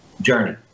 journey